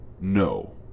No